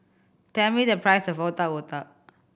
tell me the price of Otak Otak